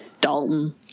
dalton